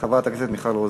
חברת הכנסת מיכל רוזין.